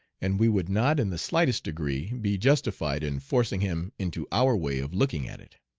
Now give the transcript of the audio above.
and we would not in the slightest degree be justified in forcing him into our way of looking at it.